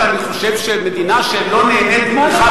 בגלל שאני חושב שמדינה שלא נהנית מתמיכה